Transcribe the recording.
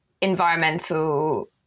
environmental